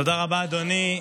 תודה רבה, אדוני.